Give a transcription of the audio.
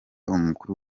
umukuru